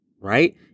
Right